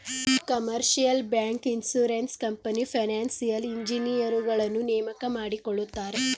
commercial bank, insurance company, financial ಇಂಜಿನಿಯರುಗಳನ್ನು ನೇಮಕ ಮಾಡಿಕೊಳ್ಳುತ್ತಾರೆ